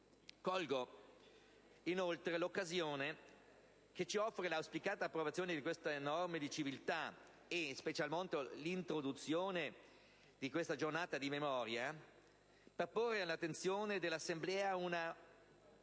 Colgo, inoltre, l'occasione che ci offre l'auspicata approvazione di queste norme di civiltà, e in special modo l'introduzione di questa giornata della memoria, per porre all'attenzione dell'Assemblea una